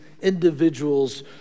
individuals